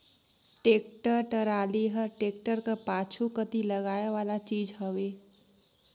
tractor trolley हर tractor कर पाछू कती लगाए वाला चीज हवे